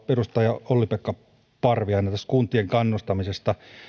edustaja olli poika parviainen taisi ottaa esille kuntien kannustamisen